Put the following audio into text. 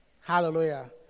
Hallelujah